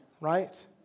Right